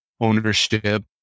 ownership